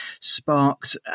sparked